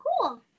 Cool